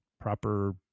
proper